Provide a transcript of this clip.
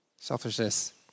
Selfishness